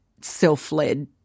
self-led